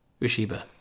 Ushiba